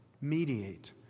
Mediate